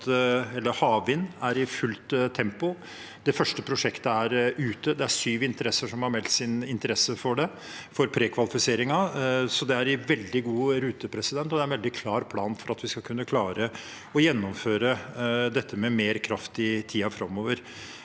Havvind er i fullt tempo. Det første prosjektet er ute. Det er syv interessenter som har meldt sin interesse for prekvalifiseringen, så det er i veldig god rute. Det er en veldig klar plan for at vi skal kunne klare å gjennomføre dette med mer kraft i tiden framover